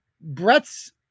Brett's